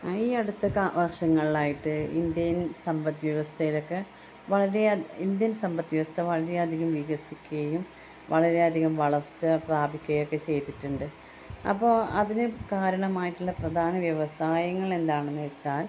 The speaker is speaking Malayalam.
ഈയടുത്ത വർഷങ്ങളായിട്ട് ഇന്ത്യൻ സമ്പദ് വ്യവസ്ഥയിലൊക്കെ ഇന്ത്യൻ സമ്പദ് വ്യവസ്ഥ വളരെയധികം വികസിക്കുകയും വളരെയധികം വളർച്ച പ്രാപിക്കുകയൊക്കെ ചെയ്തിട്ടുണ്ട് അപ്പോൾ അതിന് കാരണമായിട്ടുള്ള പ്രധാന വ്യവസായങ്ങളെന്താണെന്ന് വെച്ചാൽ